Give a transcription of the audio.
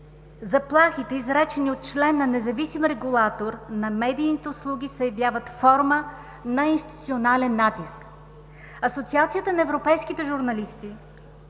„Заплахите, изречени от член на независим регулатор на медийните услуги се явяват форма на институционален натиск“. Асоциацията на европейските журналисти